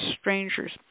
strangers